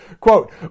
Quote